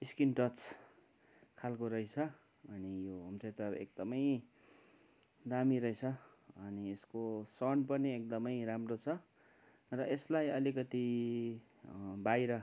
screen touch खालको रहेछ अनि यो होम थिएटर एकदमै दामी रहेछ अनि यसको साउन्ड पनि एकदमै राम्रो छ र यसलाई अलिकति बाहिर